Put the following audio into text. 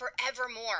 forevermore